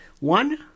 One